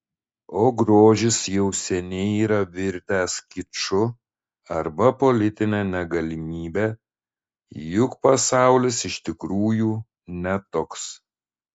o grožis jau seniai yra virtęs kiču arba politine negalimybe juk pasaulis iš tikrųjų ne toks